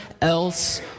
else